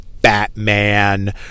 Batman